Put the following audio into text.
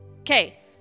Okay